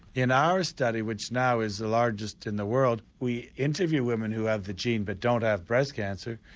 in our study which now is the largest in the world, we interview women who have the gene but don't have breast cancer,